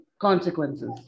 consequences